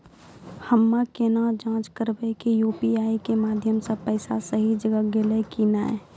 हम्मय केना जाँच करबै की यु.पी.आई के माध्यम से पैसा सही जगह गेलै की नैय?